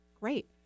great